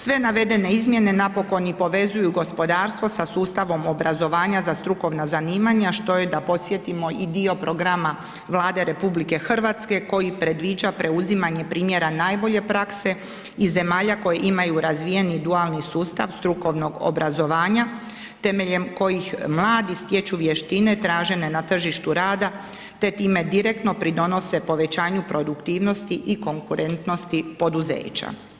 Sve navedene izmjene napokon i povezuju gospodarstvo sa sustavom obrazovanja za strukovna zanimanja, što je, da podsjetimo i dio programa Vlade RH, koji predviđa preuzimanje primjera najbolje prakse iz zemalja koje imaju razvijeni dualni sustav strukovnog obrazovanja temeljem kojih mladi stječu vještine tražene na tržištu rada te time direktno pridonose povećaju produktivnosti i konkurentnosti poduzeća.